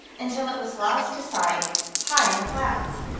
until it was lost to sight high in the clouds.